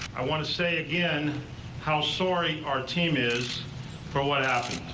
i want to say again how sorry our team is for what happened.